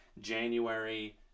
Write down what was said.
January